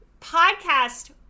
podcast